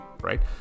right